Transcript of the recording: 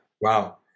Wow